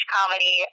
Comedy